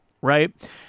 right